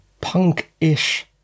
punk-ish